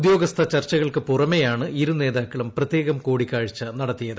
ഉദ്യോഗസ്ഥ ചർച്ചകൾക്കു പുറമെയാണ് ഇരുനേതാക്കളും പ്രത്യേകം കൂടിക്കാഴ്ച നടത്തിയത്